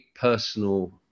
personal